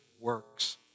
works